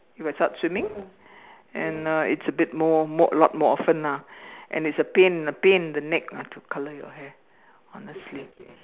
if I start swimming and uh it's a bit more more lot more often lah and it's a pain a pain in the neck ah to color your hair honestly